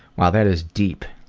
wow, that is deep.